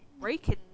breaking